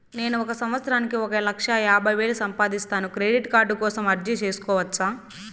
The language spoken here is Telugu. నేను ఒక సంవత్సరానికి ఒక లక్ష యాభై వేలు సంపాదిస్తాను, క్రెడిట్ కార్డు కోసం అర్జీ సేసుకోవచ్చా?